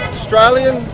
Australian